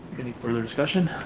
any further discussion?